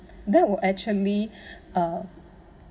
that will actually uh